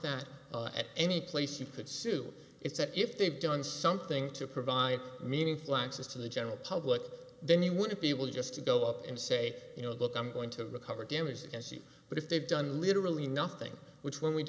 that at any place you could sue is that if they've done something to provide meaningful access to the general public then you wouldn't be able just to go up and say you know look i'm going to recover damages and c but if they've done literally nothing which one we